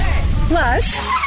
Plus